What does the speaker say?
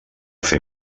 fer